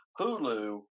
Hulu